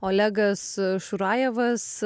olegas šurajevas